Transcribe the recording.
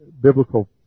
biblical